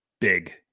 big